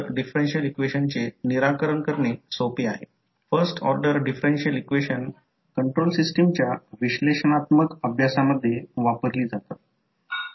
त्याचप्रमाणे जर येथे पहा या प्रकरणात जर येथे प्रत्यक्षात हा i2 डॉट पासून दूर जात आहे आणि रेफरन्स पोलारिटी देखील आहे आणि करंट डॉट पासून दूर जात आहे याचा अर्थ हे असेल